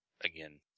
again